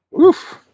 Oof